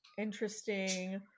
interesting